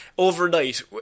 overnight